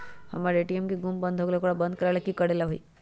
हमर ए.टी.एम गुम हो गेलक ह ओकरा बंद करेला कि कि करेला होई है?